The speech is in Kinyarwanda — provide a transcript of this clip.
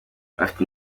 bafite